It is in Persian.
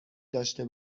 داشته